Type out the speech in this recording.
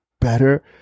better